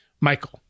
Michael